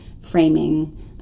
framing